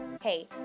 Hey